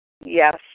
Yes